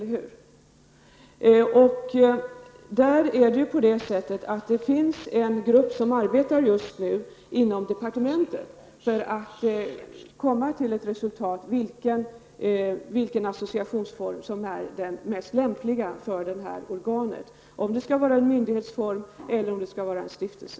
En grupp inom departementet arbetar just nu för att komma fram till vilken associationsform som är den mest lämpliga för det här organet, om det skall vara en myndighet eller om det skall vara en stiftelse.